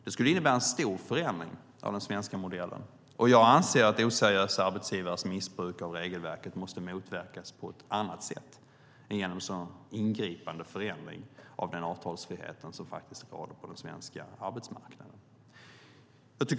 Det skulle innebära en stor förändring av den svenska modellen. Jag anser att oseriösa arbetsgivare som missbrukar regelverket måste motverkas på ett annat sätt än genom en sådan genomgripande förändring av den avtalsfrihet vi har på den svenska arbetsmarknaden.